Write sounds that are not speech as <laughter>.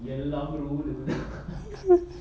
<laughs>